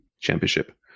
Championship